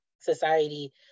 society